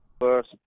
first